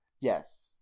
Yes